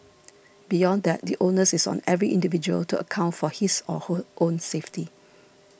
beyond that the onus is on every individual to account for his or her own safety